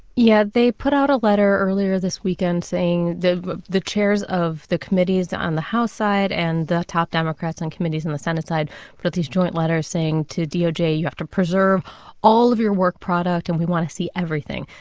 yeah. they put out a letter earlier this weekend saying the the chairs of the committees on the house side and the top democrats on committees on and the senate side wrote these joint letters saying to doj, you have to preserve all of your work product, and we want to see everything.